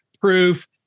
proof